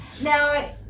Now